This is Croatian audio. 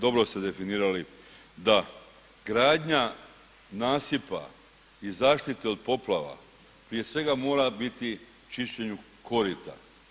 Dobro ste definirali, da gradnja nasipa i zaštite od poplava prije svega mora biti čišćenju korita.